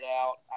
out